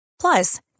Plus